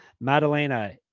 Madalena